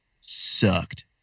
sucked